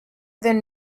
than